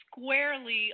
squarely